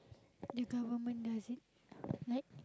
the government knows it like